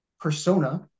persona